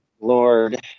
Lord